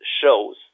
shows